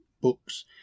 books